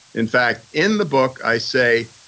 in fact in the book i say,